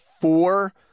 four